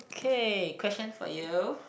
okay question for you